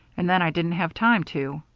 and then i didn't have time to.